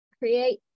create